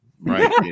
Right